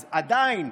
אז עדיין,